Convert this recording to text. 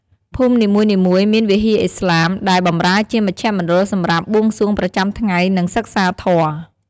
ភូមិនីមួយៗមាន វិហារឥស្លាម ដែលបម្រើជាមជ្ឈមណ្ឌលសម្រាប់បួងសួងប្រចាំថ្ងៃ និងសិក្សាធម៌។